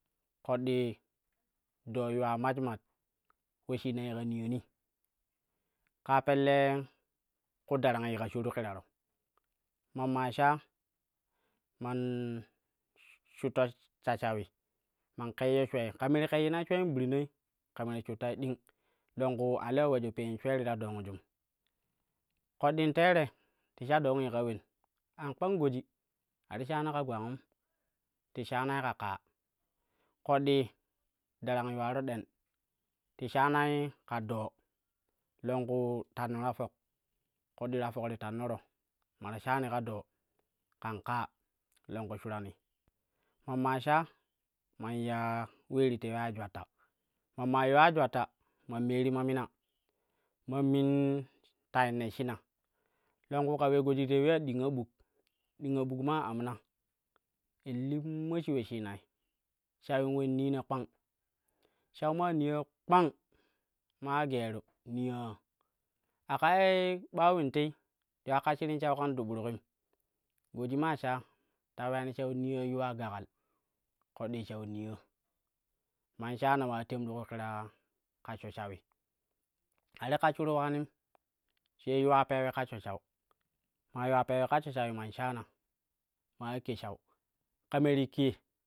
Ƙoɗɗii doo yuwe maj maj uleshina yika niyani, kaa pelle ku darang yi ka sharu ƙiraro ma maa sha man shutta shawi man keyyo shwei ka me ti keyyinai sheuen gbirnai ko me ti shut tai ding longku a lewo ulejo peon shwe ti ta dong jum. Ƙoɗɗin tere ti sha dongi ka wen an kpang goji a ti shaana ka gwangum ti shaanai ka ƙaa ƙoɗɗi darang, yuwaro ɗeen ti sharai ka doo longku tanno ta fok ƙoɗɗii ta fok ti tannore ma ta shaani ka doo kan ƙaa longku shurani, man maa shaa man ya wee ti twei ya jwatta man maa yuwa jwatta man meni ma mima man min tain neshshina longku ka ulee goji ti twei ya dinga buk, ɗinga buk maa amma in limma shik we shinai shawin we in nina kpang, shau maa niya kpang, man ula goru niyaa a ka ye ɓa ulendei ye ti kashshirim shai kan duɓɓurukkim. Goji maa shaa ta weya ni shawi niyaa yuwa gakal ƙoɗɗi shawi niyaa man shaana man wa temru ku kira kashsho shawi ati kashshuru ulanim sai yuwa peewe kashsho shau, maa yuwa peewu kashsho shawi man shaana man wa ke shau ka me ti ke.